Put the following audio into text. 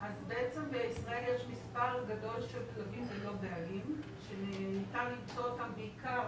בעצם בישראל יש מספר גדול של כלבים ללא בעלים שניתן למצוא אותם בעיקר,